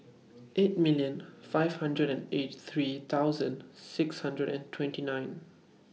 eight million five hundred and eighty three thousand six hundred and twenty nine